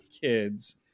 kids